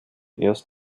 erst